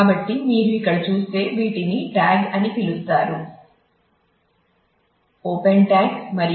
కాబట్టి మీరు ఇక్కడ చూస్తే వీటిని ట్యాగ్ అని పిలుస్తారు మరియు